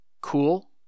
Cool